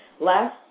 Last